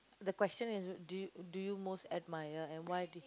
the question is do you do you most admire and why did